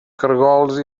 caragols